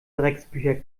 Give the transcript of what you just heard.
drecksbücher